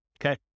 Okay